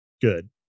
Good